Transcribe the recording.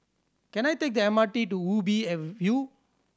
can I take the M R T to Ubi View